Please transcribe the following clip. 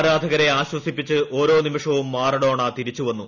ആരാധകരെ ആശ്വസിപ്പിച്ച് ഓരോ നിമിഷവും മാറഡോണ തിരിച്ചുവന്നു